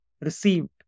received